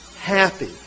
happy